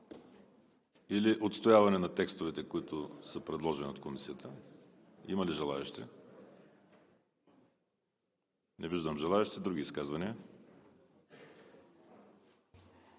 или отстояване на текстовете, които са предложени от Комисията? Има ли желаещи? Не виждам. Други изказвания?